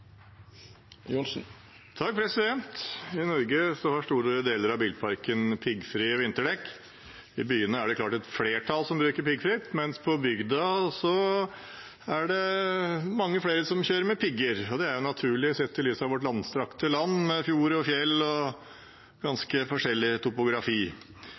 I Norge har store deler av bilparken piggfrie vinterdekk. I byene er det et klart flertall som bruker piggfritt, mens på bygda er det mange flere som kjører med pigger. Det er naturlig sett i lys av vårt langstrakte land, med fjord og fjell og ganske forskjellig topografi.